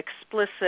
explicit